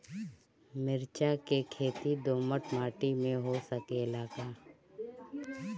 मिर्चा के खेती दोमट माटी में हो सकेला का?